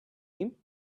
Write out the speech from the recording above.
him